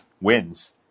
wins